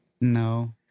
No